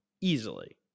easily